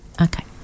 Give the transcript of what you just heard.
okay